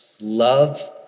love